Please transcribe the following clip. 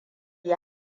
yi